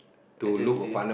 I didn't see